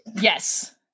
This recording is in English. yes